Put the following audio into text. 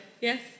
yes